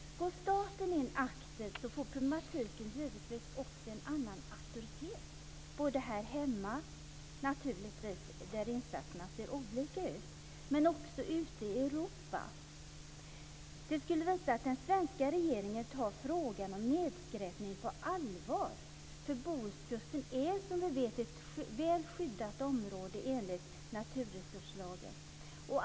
Går staten in aktivt får problematiken givetvis också en annan auktoritet. Det gäller här hemma, där insatserna ser olika ut, men också ute i Europa. Det skulle visa att den svenska regeringen tar frågan om nedskräpning på allvar. Bohuskusten är som vi vet ett väl skyddat område enligt naturresurslagen.